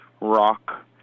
rock